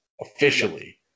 Officially